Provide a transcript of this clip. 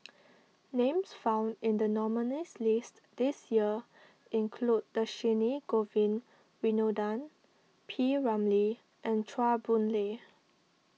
names found in the nominees' list this year include Dhershini Govin Winodan P Ramlee and Chua Boon Lay